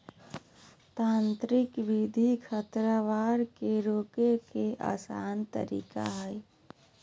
यांत्रिक विधि खरपतवार के रोके के आसन तरीका हइ